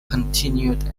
continued